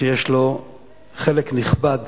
שיש לו חלק נכבד